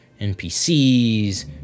NPCs